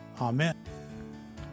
Amen